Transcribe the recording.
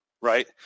right